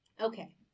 Okay